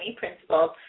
principles